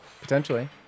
Potentially